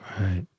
Right